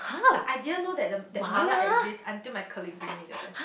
like I didn't know that the that mala exist until my colleague bring me there